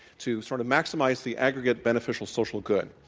to sort of maximize the aggregate beneficial social good?